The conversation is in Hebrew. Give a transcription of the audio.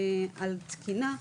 על תקינה,